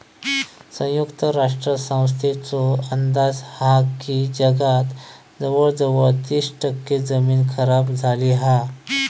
संयुक्त राष्ट्र संस्थेचो अंदाज हा की जगात जवळजवळ तीस टक्के जमीन खराब झाली हा